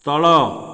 ତଳ